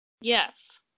Yes